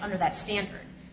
under that standard